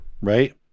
right